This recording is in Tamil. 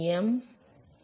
385 ஆகும்